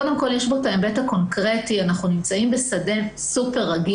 יש את ההיבט הקונקרטי, אנחנו נמצאים בשדה רגיש.